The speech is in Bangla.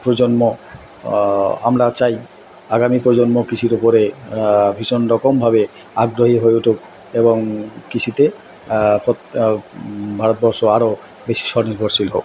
প্রজন্ম আমরা চাই আগামী প্রজন্ম কৃষির ওপরে ভীষণরকমভাবে আগ্রহী হয়ে উঠুক এবং কৃষিতে প্রোত ভারতবর্ষ আরও বেশি স্বনির্ভরশীল হোক